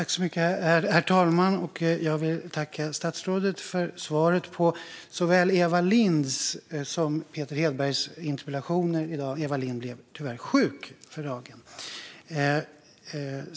Herr talman! Jag vill tacka statsrådet för svaret på såväl Eva Lindhs som Peter Hedbergs interpellationer i dag. Eva Lindh har tyvärr blivit sjuk.